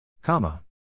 Comma